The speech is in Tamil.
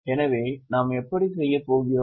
எனவே நாம் எப்படிப் செய்ய போகிறோம்